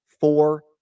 four